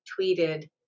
tweeted